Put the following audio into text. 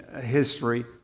history